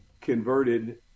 converted